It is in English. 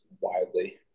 widely